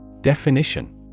Definition